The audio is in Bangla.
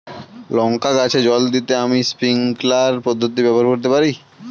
লঙ্কা গাছে জল দিতে আমি স্প্রিংকলার পদ্ধতি ব্যবহার করতে পারি?